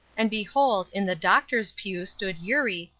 and behold, in the doctor's pew stood eurie,